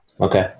Okay